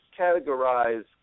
categorize